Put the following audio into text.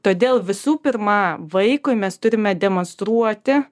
todėl visų pirma vaikui mes turime demonstruoti